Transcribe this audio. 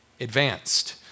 advanced